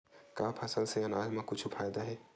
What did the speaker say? का फसल से आनाज मा कुछु फ़ायदा हे?